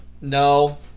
No